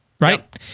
right